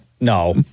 No